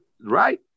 Right